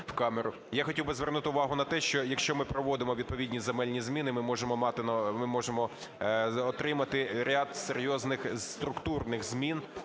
Я хотів би звернути увагу на те, що якщо ми проводимо відповідні земельні зміни, ми можемо отримати ряд серйозних структурних змін